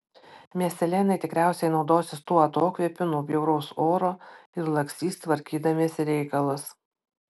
miestelėnai tikriausiai naudosis tuo atokvėpiu nuo bjauraus oro ir lakstys tvarkydamiesi reikalus